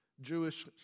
Jewish